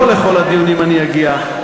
ולא לכל הדיונים אני אגיע.